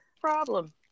Problem